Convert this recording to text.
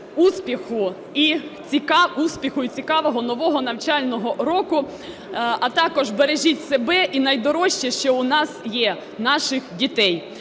успіху і цікавого нового навчального року! А також бережіть себе і найдорожче, що у нас є – наших дітей.